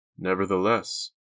Nevertheless